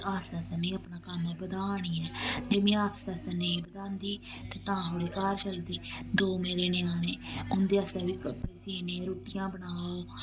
ते आस्ता आस्तै मिगी अपना कम्म बधा नी ऐ जे मी आस्ता आस्ता नेईं बधांदी ते तां थोह्ड़ी घर चलदी दो मेरे ञ्याने उंदे आस्तै बी सीने रुट्टियां बनाओ